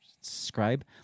Subscribe